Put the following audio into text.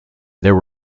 there